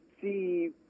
see